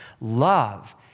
Love